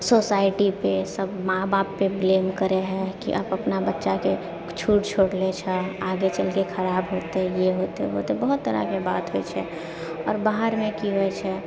सोसाइटीपे सभ माँ बापपे ब्लेम करै हइ कि आप अपना बच्चाके छूट छोड़ले छऽ आगे चलके खराब होतै ये होतै ओ होतै बहुत तरहकेँ बात होइ छै आओर बाहरमे की होइ छै